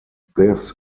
this